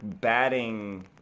batting